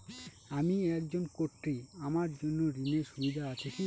আমি একজন কট্টি আমার জন্য ঋণের সুবিধা আছে কি?